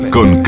Con